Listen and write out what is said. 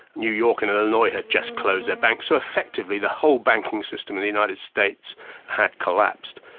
new york and and illinois had just closed their banks. so effectively, the whole banking system in the united states had collapsed.